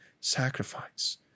sacrifice